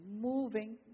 Moving